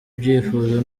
byifuzo